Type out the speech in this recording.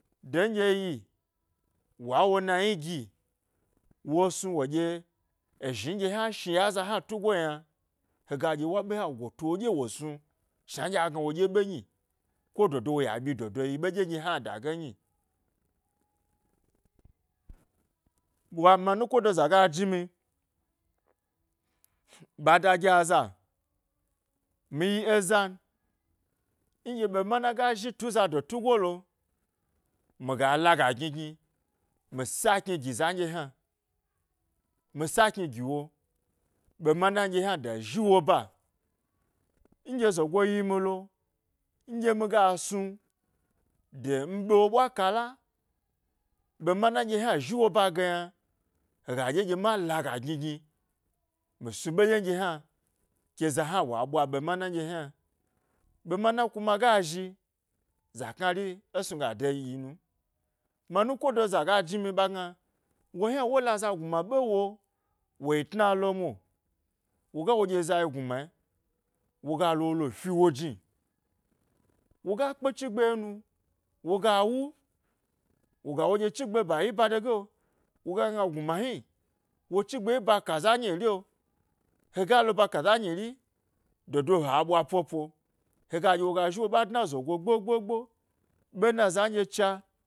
De nɗye yi, wo nayi gi wo snuwo ɗye ezhni nɗye hnia shni yna, eza hna tugo yna hega ɗye wa ɓe hna go tu wo ɗye wo snu shna a gna wo ɗye ɓe nyi ko dodo wo ya ɓyi dodo yi ɓe ɗye hna dage nyi. Mi anukoda za ga jnimi ɓa da gi aza, mi yi ezan nɗye ɓe mana ga zhi tu eza do tugo lo, miga laga gni gni mi saleni gi a nɗye hna mi sakni giwo ɓemana nɗye hna ɗye e zhi woba, nɗye zogi yi milo nɗye miga snu gye mi ɓe wo ɓwa kala ɓe mana nɗye hna e zhi woba ge yna hega ɗye ɗye ma laga gni gni mi snu ɓe ɗyen ɗye yna ka za hna wa ɓwa ɓe mana nɗye hna. Be mana kuma ga zhi, za knari e snuga de ɗyi num, mi anu ko do za ga jnimi ɓa gna wo hna wo la za gnuma ɓe wo wo yi tna lo mwo, woga wo ɗye eza yi gurema wogolo wolo fi wo jni. Woga kpe chigbe yenu, woga wu woga wo ɗye chigbe ba yi badege'o woga gna gnuma hni wo chi gbe yi'ɓa kazanyi rio hega lo ba ka zanyi ri dodo ha ɓwa popo, hega ɗye woga zhi wo ba dna zogo gbogbo gbo, ɓena zan cha.